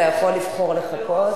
אתה יכול לבחור לחכות.